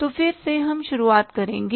तो फिर से हम शुरुआत करेंगे